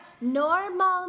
normal